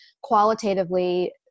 qualitatively